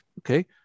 okay